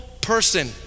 person